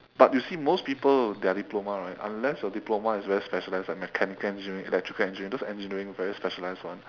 but you see most people their diploma right unless your diploma is very specialized right like mechanical engineering electrical engineering those engineering very specialized [one]